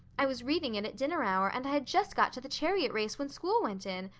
i was reading it at dinner hour, and i had just got to the chariot race when school went in.